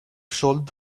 sold